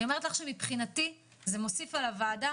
מבחינתי זה מוסיף לוועדה